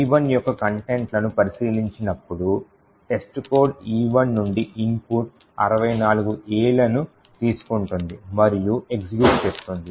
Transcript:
E1 యొక్క content లను పరిశీలించినప్పుడు testcode E1 నుండి ఇన్పుట్ 64 Aలను తీసుకుంటుంది మరియు ఎగ్జిక్యూట్ చేస్తుంది